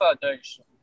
Foundation